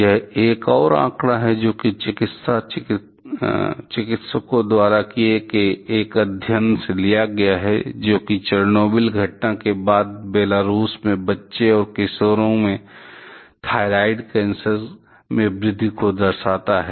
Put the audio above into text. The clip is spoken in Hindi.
यह एक और आंकड़ा है जो कि चिकित्सा चिकित्सकों द्वारा किए गए एक अध्ययन से लिया गया है जो कि चेर्नोबिल घटना के बाद बेलारूस में बच्चे और किशोरों में थायरॉयड कैंसर में वृद्धि को दर्शाता है